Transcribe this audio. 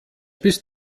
bist